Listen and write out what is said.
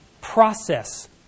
process